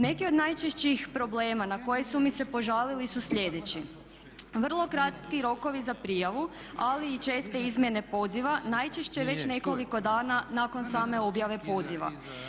Neki od najčešćih problema na koje su mi se požalili su sljedeći: vrlo kratki rokovi za prijavu ali i česte izmjene poziva najčešće već nekoliko dana nakon same objave poziva.